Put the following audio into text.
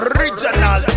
Original